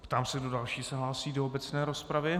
Ptám se, kdo další se hlásí do obecné rozpravy.